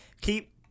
keep